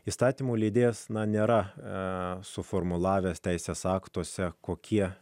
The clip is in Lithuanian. įstatymų leidėjas nėra suformulavęs teisės aktuose kokie